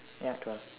ya twelve